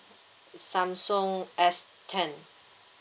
samsung S ten